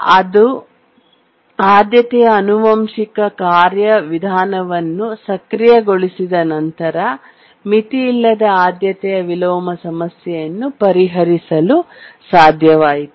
ಅವರು ಆದ್ಯತೆಯ ಆನುವಂಶಿಕ ಕಾರ್ಯವಿಧಾನವನ್ನು ಸಕ್ರಿಯಗೊಳಿಸಿದ ನಂತರ ಅದು ಮಿತಿಯಿಲ್ಲದ ಆದ್ಯತೆಯ ವಿಲೋಮ ಸಮಸ್ಯೆಯನ್ನು ಪರಿಹರಿಸಲು ಸಾಧ್ಯವಾಯಿತು